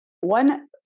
one